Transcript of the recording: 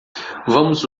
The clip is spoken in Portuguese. vamos